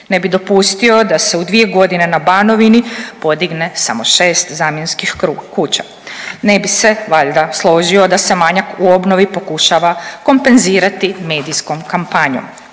Ne bi dopustio da se u dvije godine na Banovini podigne samo šest zamjenskih kuća. Ne bi se valjda složio da se manjak u obnovi pokušava kompenzirati medijskom kampanjom.